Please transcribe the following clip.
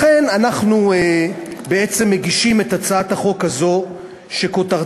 לכן אנחנו מגישים את הצעת החוק הזאת שכותרתה